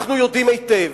אנחנו יודעים היטב